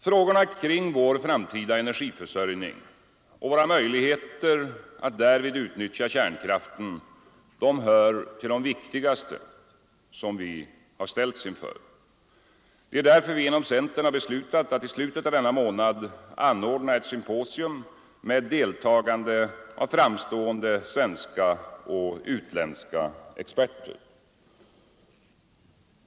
Frågorna kring vår framtida energiförsörjning och våra möjligheter att därvid utnyttja kärnkraft hör till de viktigaste som vi har ställts inför. Det är därför vi inom centern har beslutat att i slutet av denna månad anordna ett symposium med deltagande av framstående svenska och utländska experter.